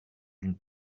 d’une